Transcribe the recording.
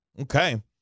Okay